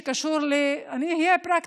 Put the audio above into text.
אהיה פרקטית,